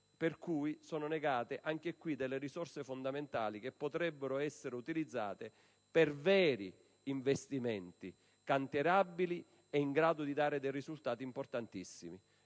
per cui sono negate delle risorse fondamentali che potrebbero essere utilizzate per veri investimenti, cantierabili ed in grado di dare risultati importantissimi.